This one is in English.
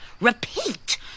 Repeat